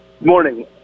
morning